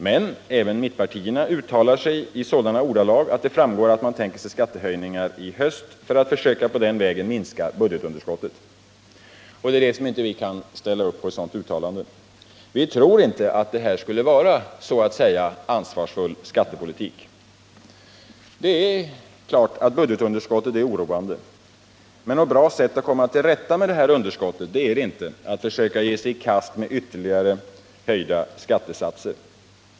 Men även mittenpartierna uttalar sig i sådana ordalag att det framgår att man tänker sig skattehöjningar i höst för att på den vägen försöka minska budgetunderskottet. Vi kan inte ställa upp på ett sådant uttalande. Vi tror inte att detta skulle vara en så att säga ”ansvarsfull skattepolitik”. Det är klart att budgetunderskottet är oroande. Men att försöka ge sig i kast med ytterligare höjda skattesatser är inte något bra sätt att komma till rätta med detta underskott.